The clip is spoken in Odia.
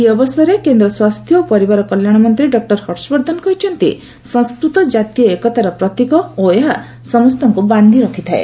ଏହି ଅବସରରେ କେନ୍ଦ୍ର ସ୍ୱାସ୍ଥ୍ୟ ଓ ପରିବାର କଲ୍ୟାଣ ମନ୍ତ୍ରୀ ଡକୁର ହର୍ଷବର୍ଦ୍ଧନ କହିଛନ୍ତି ସଂସ୍କୃତ ଜାତୀୟ ଏକତାର ପ୍ରତୀକ ଓ ଏହା ସମସ୍ତଙ୍କୁ ବାନ୍ଧି ରଖିଥାଏ